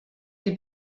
die